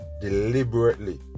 deliberately